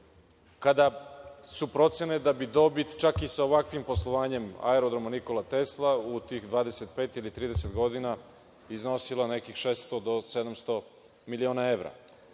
kada su procene da bi dobit, čak i sa ovakvim poslovanjem Aerodroma „Nikola Tesla“ u tih 25 ili 30 godina iznosila nekih 600 do 700 miliona evra. Gde